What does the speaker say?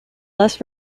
less